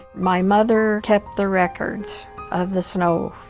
my mother kept the records of the snow,